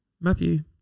Matthew